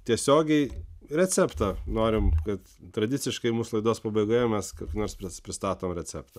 tiesiogiai receptą norim kad tradiciškai mūsų laidos pabaigoje mes kokį nors pristatom receptą